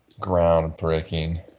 groundbreaking